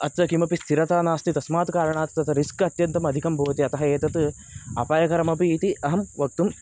अत्र किमपि स्थिरता नास्ति तस्मात् कारणात् तत् रिस्क् अत्यन्तम् अधिकं भवति अतः एतत् अपायकरम् अपि इति अहं वक्तुम्